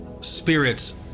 spirits